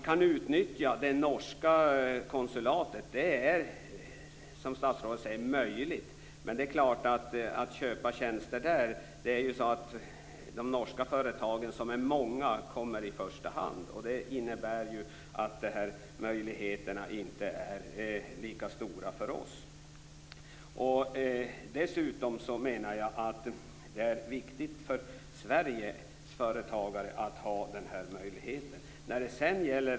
Som statsrådet säger är det möjligt för oss att utnyttja det norska konsulatet. Men de många norska företagen kommer ju i första hand om vi skall köpa tjänster därifrån. Det innebär att möjligheterna för oss inte är lika stora. Det är viktigt för Sveriges företagare att ha denna möjlighet.